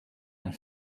and